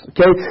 Okay